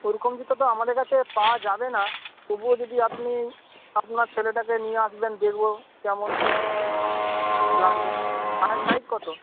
ওরকম জুতো তো আমাদের কাছে পাওয়া যাবে না তবুও যদি আপনি আপনার ছেলেটাকে নিয়ে আসবেন দেখব কেমন কী লাগবে পায়ের সাইজ কত